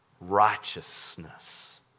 righteousness